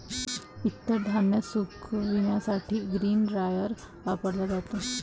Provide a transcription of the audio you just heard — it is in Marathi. इतर धान्य सुकविण्यासाठी ग्रेन ड्रायर वापरला जातो